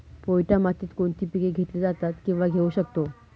पोयटा मातीत कोणती पिके घेतली जातात, किंवा घेऊ शकतो?